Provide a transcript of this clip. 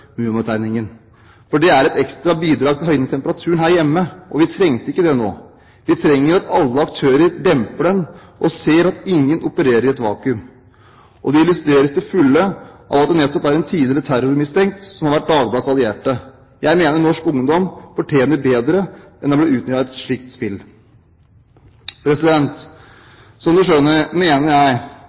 For det er et ekstra bidrag til å høyne temperaturen her hjemme, og vi trenger ikke det nå. Vi trenger at alle aktører demper den og ser at ingen opererer i et vakuum. Det illustreres til fulle av at det nettopp er en tidligere terrormistenkt som har vært Dagbladets allierte. Jeg mener norsk ungdom fortjener bedre enn å bli utnyttet i et slikt spill. Som man skjønner, mener jeg